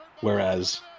Whereas